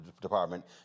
Department